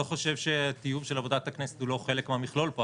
אני לא חושב שהטיוב של עבודת הכנסת הוא לא חלק מהמכלול פה.